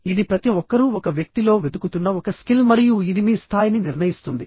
ఇది ప్రతి ఒక్కరూ ఒక వ్యక్తిలో వెతుకుతున్న ఒక స్కిల్ మరియు ఇది మీ స్థాయిని నిర్ణయిస్తుంది